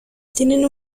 tienen